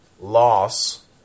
loss